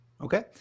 Okay